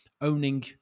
owning